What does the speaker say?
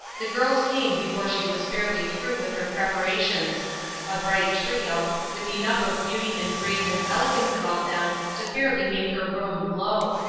the girls came before she was fairly through with her preparations a bright trio, with enough of beauty and grace and elegance about them to fairly make her room glow.